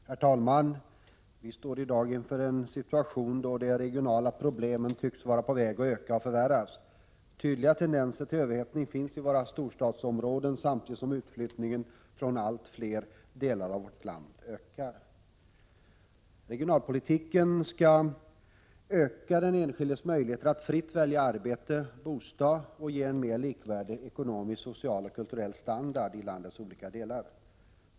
Herr talman! Vi står i dag inför en situation då de regionala problemen tycks vara på väg att öka och förvärras. Tydliga tendenser till överhettning finns i våra storstadsområden, samtidigt som utflyttningen från allt fler delar av vårt land ökar. Regionalpolitiken skall öka den enskildes möjligheter att fritt välja arbete och bostad och ge en mer likvärdig ekonomisk, social och kulturell standard i landets olika delar.